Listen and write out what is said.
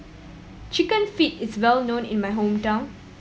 Chicken Feet is well known in my hometown